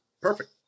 Perfect